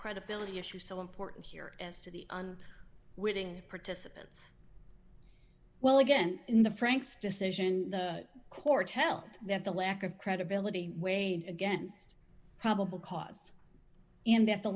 credibility issue so important here as to the on willing participants well again in the franks decision the court held that the lack of credibility weighed against a probable cause in that the